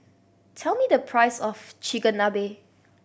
tell me the price of Chigenabe